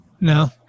no